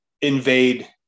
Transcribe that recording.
invade